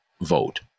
vote